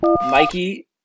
Mikey